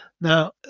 Now